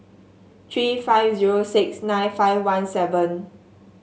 three five zero six nine five one seven